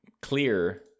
clear